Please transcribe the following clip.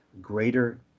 greater